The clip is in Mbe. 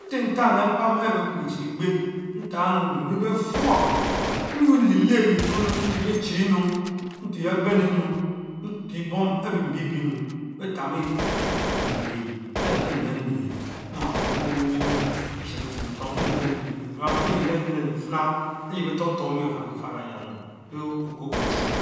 ritentah lepam anh bekukie chie Egbe, ntahny bemeh befurr, nyuen leleh eliekponi mpie biechienu mpie abanmenu, mpie bom ebeh mbie bie enung ben Hangmice leyiel are kie nleme leyiel; mmallokpo mtselen- bitchim letor nlenteny liyiel lienyam, elie nlenilena alie ben fortor mei beh farki faro ayamumu leh okukue Ochuweh.